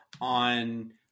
on